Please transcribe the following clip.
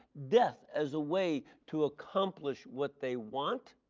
death as a way to accomplish what they want